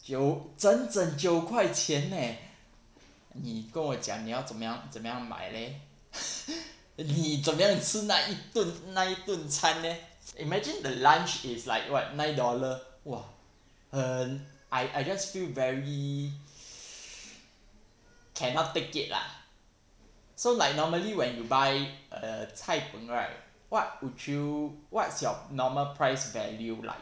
有正正九块钱 leh 你跟我讲你要怎么样怎么样买 leh 你怎么样吃那一顿那一顿餐 leh imagine the lunch is like what nine dollar !whoa! 很 I I just feel very cannot take it lah so like normally when you buy a cai png right what would you what's your normal price value lah